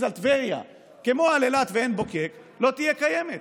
על טבריה כמו על אילת ועין בוקק לא תהיה קיימת?